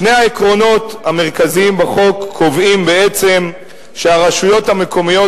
שני העקרונות המרכזיים בחוק קובעים בעצם שהרשויות המקומיות